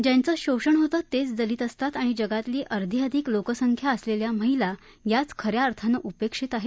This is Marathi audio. ज्यांच शोषण होतं तेच दलित असतात आणि जगातील अर्धी अधिक लोकसंख्या असलेल्या महिला याच खऱ्या अर्थानं उपेक्षित आहेत